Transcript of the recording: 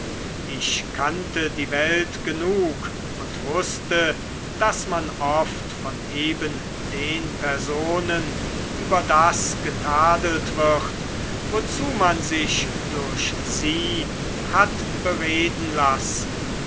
ich kannte die welt genug und wußte daß man oft von den personen über das getadelt wird wozu man sich durch sie hat bereden lassen